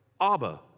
Abba